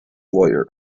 lawyer